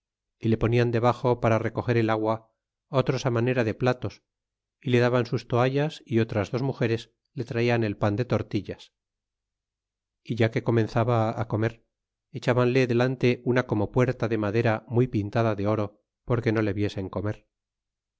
y le ponian debaxo para recoger el agua otros á manera de platos y le daban sus toallas y otras dos mugeres le traian el pan de tortillas é ya que comenzaba comer echábanle delante una como puerta de madera muy pintada de oro porque no le viesen comer